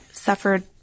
Suffered